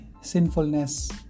sinfulness